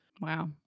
Wow